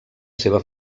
seva